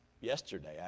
yesterday